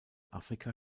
afrika